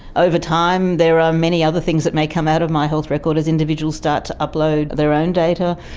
over time there are many other things that may come out of my health record as individuals start to upload their own data,